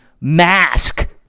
mask